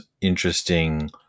interesting